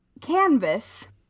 canvas